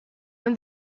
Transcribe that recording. when